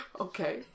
Okay